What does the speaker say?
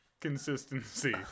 Consistency